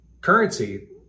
currency